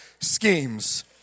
schemes